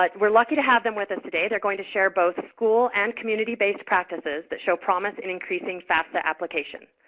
like we're lucky to have them with us and today. they're going to share both school and community-based practices that show promise in increasing fafsa applications.